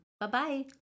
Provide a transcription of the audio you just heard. Bye-bye